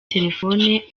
telefone